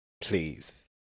please